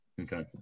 Okay